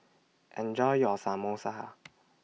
Enjoy your Samosa